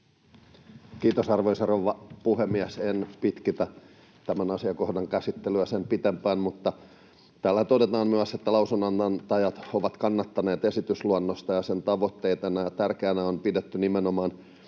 Kiitos, arvoisa rouva puhemies! En pitkitä tämän asiakohdan käsittelyä sen pitempään. Mutta täällä todetaan myös, että lausunnonantajat ovat kannattaneet esitysluonnosta ja sen tavoitteita, ja tärkeänä on pidetty nimenomaan